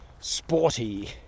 sporty